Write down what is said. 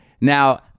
Now